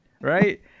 Right